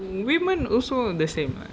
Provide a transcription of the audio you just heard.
women also the same [what]